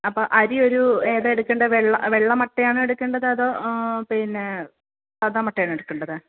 അപ്പോൾ അരി ഒരു ഏതാണ് എടുക്കേണ്ടത് വെള്ള വെള്ള മട്ടയാണോ എടുക്കേണ്ടത് അതോ പിന്നെ സാധാമട്ടയാണോ എടുക്കേക്കണ്ടത്